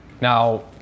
Now